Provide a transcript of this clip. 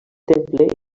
temple